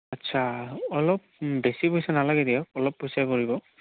আচ্ছা অলপ বেছি পইচা নালাগে দিয়ক অলপ পইচাৰ কৰিব